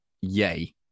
Yay